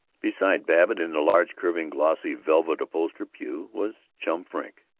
beside babbitt in the large, curving, glossy, velvet-upholstered pew was chum frink.